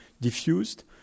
diffused